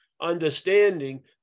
understanding